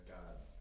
God's